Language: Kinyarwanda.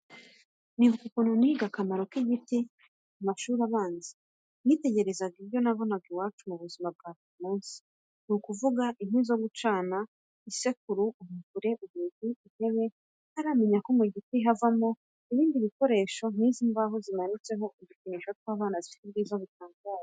Nibuka ukuntu niga akamaro k'igiti mu mashuri abanza, nitekererezaga ibyo nabonaga iwacu mu buzima bwa buri munsi, ni ukuvuga: inkwi zo gucana, isekuru, umuvure, urugi, intebe, ntaramenya ko mu giti havamo ibindi bikoresho nk'izi mbaho zimanitseho udukinisho tw'abana, zifite ubwiza butangaje.